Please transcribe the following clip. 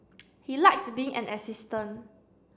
he likes being an assistant